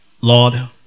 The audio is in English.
Lord